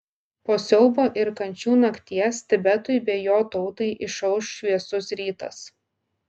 po siaubo ir kančių nakties tibetui bei jo tautai išauš šviesus rytas